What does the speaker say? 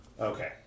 Okay